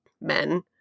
men